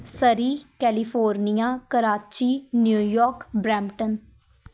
Surrey California Karachi New York Brampton